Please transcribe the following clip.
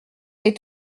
vais